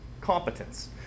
competence